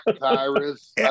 Tyrus